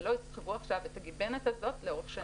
שלא יסחבו עכשיו את הגיבנת הזו לאורך שנים.